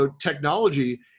technology